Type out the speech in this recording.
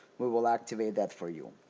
we will activate that for you